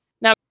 Now